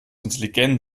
intelligent